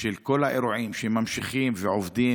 כל האירועים שממשיכים ועובדים,